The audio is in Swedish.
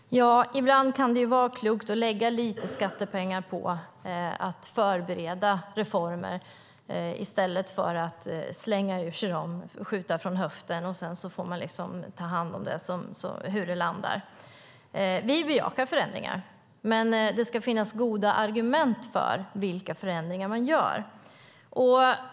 Herr talman! Ibland kan det vara klokt att lägga lite skattepengar på att förbereda reformer i stället för att slänga ur sig dem, skjuta från höften och sedan liksom få ta hand om hur det landar. Vi bejakar förändringar. Men det ska finnas goda argument för vilka förändringar man gör.